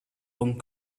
hong